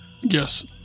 yes